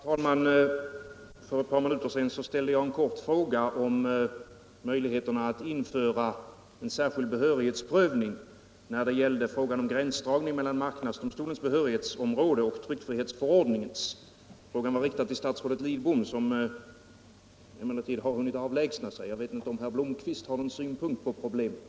Herr talman! För ett par minuter sedan ställde jag en kort fråga om möjligheterna att införa en särskild behörighetsprövning när det gällde frågan om gränsdragning mellan marknadsdomstolens behörighetsområde och tryckfrihetsförordningens. Frågan var riktad till statsrådet Lidbom, som emellertid har hunnit avlägsna sig. Kanske herr Blomkvist har någon synpunkt på problemet?